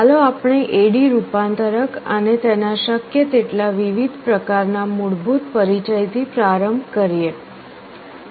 ચાલો આપણે AD રૂપાંતરક અને તેના શક્ય તેટલા વિવિધ પ્રકારના મૂળભૂત પરિચયથી પ્રારંભ કરીએ